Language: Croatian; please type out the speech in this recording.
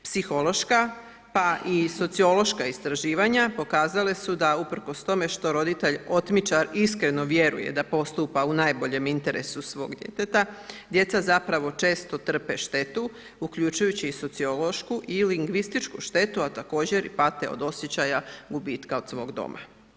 Psihološka, pa i sociološka istraživanja pokazala su da usprkos tome što roditelj otmičar iskreno vjeruje da postupa u najboljem interesu svog djeteta, djeca zapravo često trpe štetu, uključujući i sociološku i lingvističku štetu, a također pate od osjećaja gubitka od svog doma.